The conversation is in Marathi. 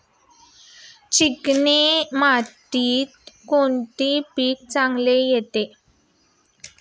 चिकण मातीत कोणते पीक चांगले येते?